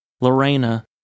Lorena